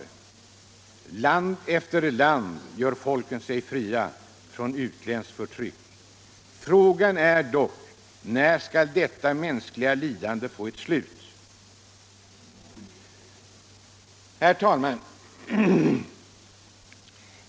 I land efter land gör folken sig fria från utländskt förtryck. Frågan är bara när detta mänskliga lidande skall få ett slut. Herr talman!